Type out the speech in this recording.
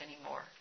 anymore